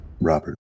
Robert